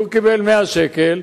והוא קיבל 100 שקלים,